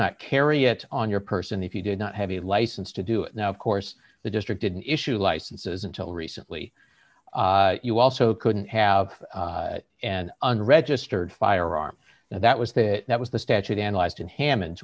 not carry it on your person if you did not have a license to do it now of course the district didn't issue licenses until recently you also couldn't have an unregistered firearm that was the that was the statute analyzed in hammond